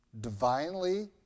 divinely